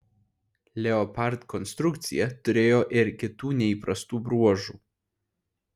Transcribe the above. leopard konstrukcija turėjo ir kitų neįprastų bruožų